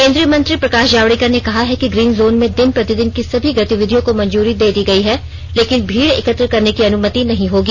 केन्द्रीय मंत्री प्रकाश जावडेकर ने कहा है कि ग्रीन जोन में दिन प्रतिदिन की सभी गतिविधियों को मंजूरी दे दी गई है लेकिन भीड़ एकत्र करने की अनुमति नहीं होगी